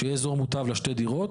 שיהיה אזור מוטב לשתי דירות,